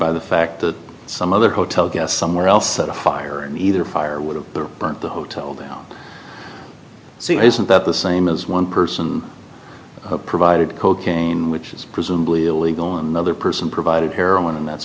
by the fact that some other hotel guest somewhere else at a fire and either fire would have burnt the hotel down scene isn't that the same as one person provided cocaine which is presumably illegal on another person provided her and that's